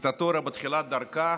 דיקטטורה בתחילת דרכה,